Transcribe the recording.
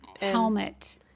helmet